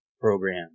program